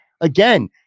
again